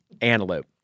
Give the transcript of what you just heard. antelope